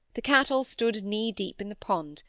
the cattle stood knee-deep in the pond,